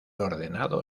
ordenado